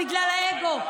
בגלל האגו.